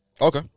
Okay